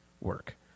work